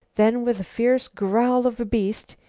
then, with the fierce growl of a beast,